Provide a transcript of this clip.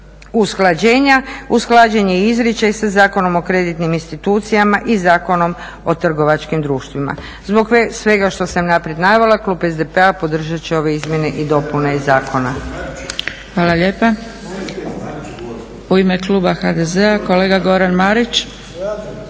usklađen je izričaj sa Zakonom o kreditnim institucijama i Zakonom o trgovačkim društvima. Zbog svega što sam naprijed navela, klub SDP-a podržat će ove izmjene i dopune zakona.